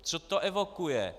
Co to evokuje?